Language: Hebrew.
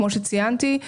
כמו שציינתי,